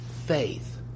faith